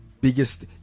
biggest